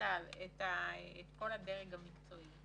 למשל את כל הדרג המקצועי,